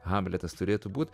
hamletas turėtų būt